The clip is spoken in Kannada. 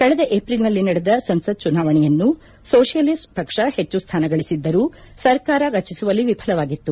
ಕಳೆದ ಏಪ್ರಿಲ್ನಲ್ಲಿ ನಡೆದ ಸಂಸತ್ ಚುನಾವಣೆಯಲ್ಲಿ ಸೋಸಿಯಲಿಷ್ಟ್ ಪಕ್ಷ ಹೆಚ್ಚು ಸ್ಥಾನಗಳಒದ್ದರೂ ಸರ್ಕಾರ ರಚಸುವಲ್ಲಿ ವಿಫಲವಾಗಿತ್ತು